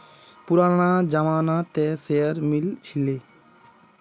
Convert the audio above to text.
पुराना जमाना त शेयर मिल छील